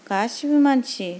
गासैबो मानसि